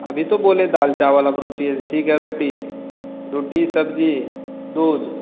अभी तो बोले दाल चावल अब रोटी ठीक है रोटी रोटी सब्जी दूध